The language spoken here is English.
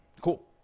Cool